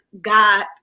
God